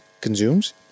consumes